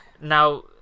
Now